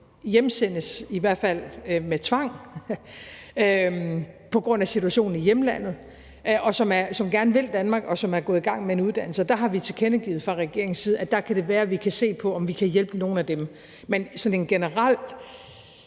hjemsendes, i hvert fald ikke med tvang, på grund af situationen i hjemlandet, og som gerne vil Danmark, og som er gået i gang med en uddannelse. Og der har vi tilkendegivet fra regeringens side, at der kan det være, at vi kan se på, om vi kan hjælpe nogle af dem. Men sådan en generel